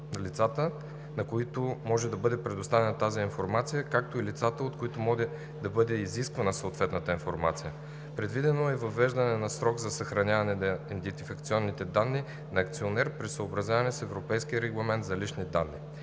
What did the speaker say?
лицата, на които може да бъде предоставена тази информация, както и лицата, от които може да бъде изисквана съответната информация. Предвидено е въвеждане на срок за съхраняване на идентификационните данни на акционер при съобразяване с Европейския регламент за личните данни.